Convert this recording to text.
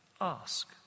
ask